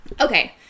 Okay